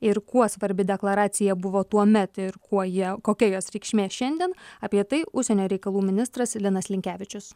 ir kuo svarbi deklaracija buvo tuomet ir kuo jie kokia jos reikšmė šiandien apie tai užsienio reikalų ministras linas linkevičius